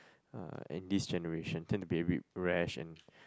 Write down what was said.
uh in this generation tend to be a bit rash and